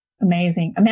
Amazing